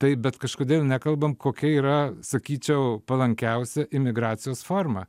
tai bet kažkodėl nekalbam kokia yra sakyčiau palankiausia imigracijos forma